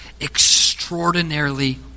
extraordinarily